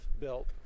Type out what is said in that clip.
built